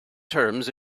terms